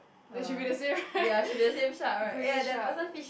they should be the same right grey shark